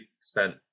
spent